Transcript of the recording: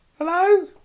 Hello